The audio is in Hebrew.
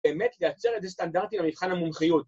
‫באמת לייצר את זה סטנדרטי ‫למבחן המונחיות.